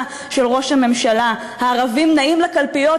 של ראש הממשלה: הערבים נעים לקלפיות,